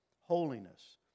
holiness